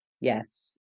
Yes